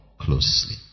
closely